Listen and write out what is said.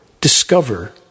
discover